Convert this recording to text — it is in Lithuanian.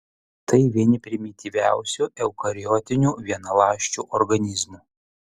tai vieni primityviausių eukariotinių vienaląsčių organizmų